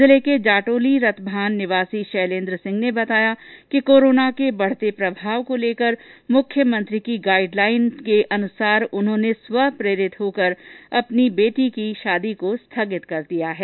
जिले के जाटौली रतभान निवासी शेलेन्द्र सिंह ने बताया कि कोरोना के बढ़ते प्रभाव को लेकर मुख्यमंत्री की गाइडलाइन अनुसार उन्होंने स्वप्रेरित होकर अपनी पुत्री की शादी को स्थगित कर दिया है